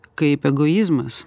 kaip egoizmas